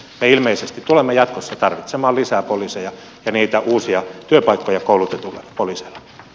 me ilmeisesti tulemme jatkossa tarvitsemaan lisää poliiseja ja niitä uusia työpaikkoja koulutetuille poliiseille